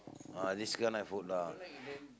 ah this kind night food lah